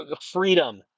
freedom